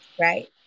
right